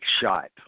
shot